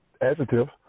adjectives